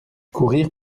courir